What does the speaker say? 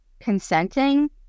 consenting